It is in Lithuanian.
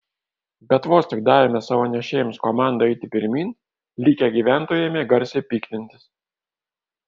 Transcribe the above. bet vos tik davėme savo nešėjams komandą eiti pirmyn likę gyventojai ėmė garsiai piktintis